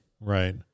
Right